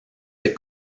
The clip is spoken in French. ces